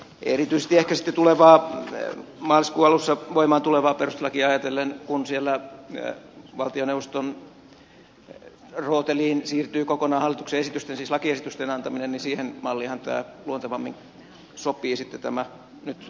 erityisesti ehkä sitten maaliskuun alussa voimaan tulevaa perustuslakia ajatellen kun siellä valtioneuvoston rooteliin siirtyy kokonaan hallituksen lakiesitysten antaminen niin siihen malliinhan tämä nyt valittu malli sitten luontevammin sopii